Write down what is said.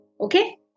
Okay